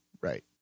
right